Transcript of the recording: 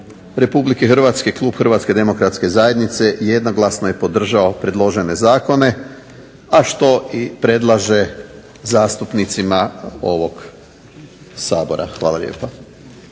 Republike Hrvatske, klub Hrvatske demokratske zajednice jednoglasno je podržao predložene zakone, a što i predlaže zastupnicima ovog Sabora. Hvala lijepa.